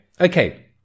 Okay